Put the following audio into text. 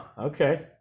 Okay